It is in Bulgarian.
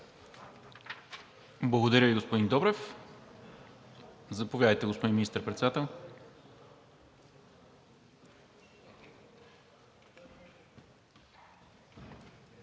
Благодаря Ви, господин Добрев. Заповядайте, господин Министър-председател.